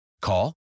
Call